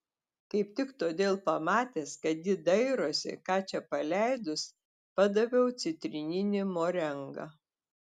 kaip tik todėl pamatęs kad ji dairosi ką čia paleidus padaviau citrininį morengą